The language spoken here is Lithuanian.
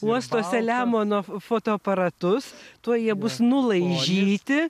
uosto selemono fotoaparatus tuoj jie bus nulaižyti